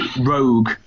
rogue